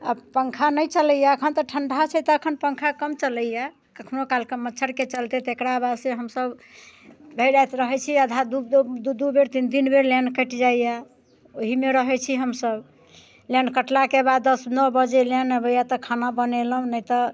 आब पङ्खा नहि चलैए एखन तऽ ठण्डा छै तऽ एखन पङ्खा कम चलैए कखनहु कालके मच्छरके चलते तकरा बादसँ हमसभ भरि राति रहैत छियै आधा दू दू बेर तीन तीन बेर लाइन कटि जाइए ओहीमे रहैत छी हमसभ लाइन कटलाके बाद दस नओ बजे लाइन अबैए तऽ खाना बनेलहुँ नहि तऽ